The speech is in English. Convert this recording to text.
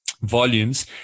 volumes